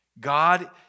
God